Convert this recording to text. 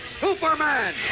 Superman